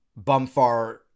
Bumfar